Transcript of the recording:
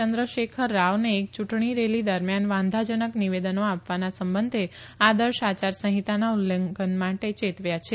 ચંદ્રશેખર રાવને એક ચુંટણી રેલી દરમિયાન વાંધાજનક નિવેદનો આપવાના સંબંધે આદર્શ આચાર સંહિતાના ઉલ્લંધન માટે ચેતવ્યા છે